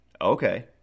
Okay